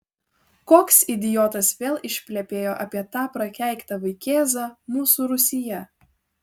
koks idiotas vėl išplepėjo apie tą prakeiktą vaikėzą mūsų rūsyje